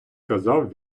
казав